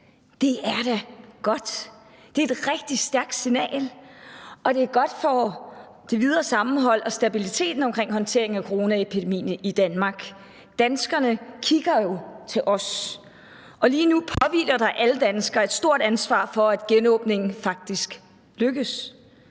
Det er da godt. Det er et rigtig stærkt signal, og det er godt for det videre sammenhold og stabiliteten omkring håndteringen af coronaepidemien i Danmark. Danskerne kigger jo til os, og lige nu påhviler der alle danskere et stort ansvar for, at genåbningen faktisk lykkes.